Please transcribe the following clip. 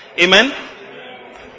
Amen